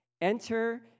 Enter